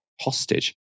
hostage